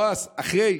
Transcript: אחרי,